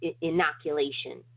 inoculation